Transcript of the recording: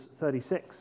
36